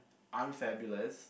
Unfabulous